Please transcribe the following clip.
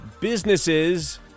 businesses